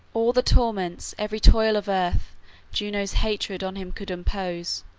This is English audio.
all the torments, every toil of earth juno's hatred on him could impose,